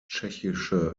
tschechische